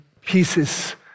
pieces